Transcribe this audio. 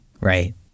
Right